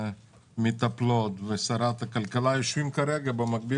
המטפלות ושרת הכלכלה יושבים במקביל לישיבת הוועדה.